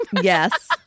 Yes